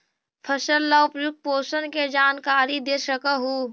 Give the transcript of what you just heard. फसल ला उपयुक्त पोषण के जानकारी दे सक हु?